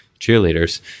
cheerleaders